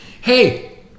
Hey